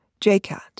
JCAT